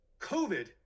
covid